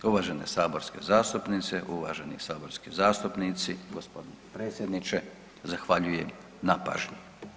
Uvažene saborske zastupnice, uvaženi saborski zastupnici, g. predsjedniče, zahvaljujem na pažnji.